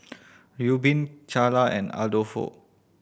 Reubin Charla and Adolfo